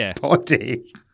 body